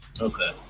Okay